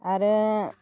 आरो